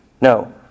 No